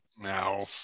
no